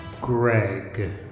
Greg